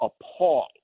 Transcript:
appalled